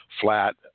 flat